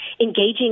engaging